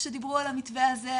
כשדיברו על המתווה הזה,